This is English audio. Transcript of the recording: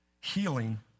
Healing